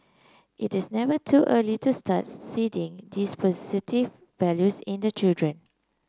it is never too early to start seeding these positive values in the children